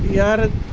ইয়াৰ